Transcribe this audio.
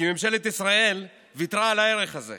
כי ממשלת ישראל ויתרה על הערך הזה.